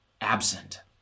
absent